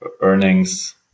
earnings